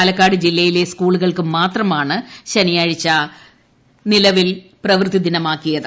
പാലക്കാട് ജില്ലയിലെ സ്കൂളുകൾക്ക് മാത്രമാണ് ശനിയാഴ്ച പ്രവൃത്തി ദിനമാക്കിയത്